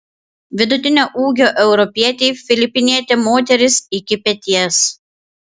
vidutinio ūgio europietei filipinietė moteris iki peties